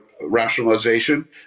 rationalization